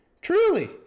Truly